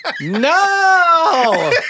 No